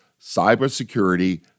Cybersecurity